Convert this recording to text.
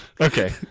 Okay